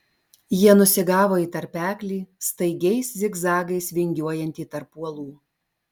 jie nusigavo į tarpeklį staigiais zigzagais vingiuojantį tarp uolų